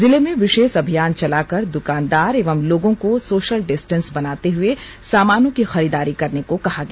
जिले में विशेष अभियान चलाकर दुकानदार एवं लोगों को सोशल डिस्टेंस बनाते हुए सामानों की खरीदारी करने को कहा गया